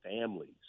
families